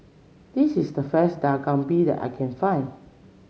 this is the first Dak Galbi that I can find